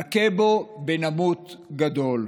נכה בו בנבוט גדול,